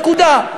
נקודה.